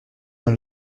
dans